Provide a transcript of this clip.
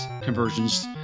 conversions